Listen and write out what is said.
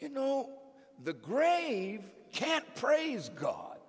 you know the grave can't praise god